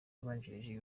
yabanjirije